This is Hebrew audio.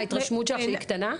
ההתרשמות שלך שהיחידה קטנה?